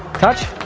touched?